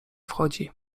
wchodzi